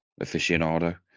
aficionado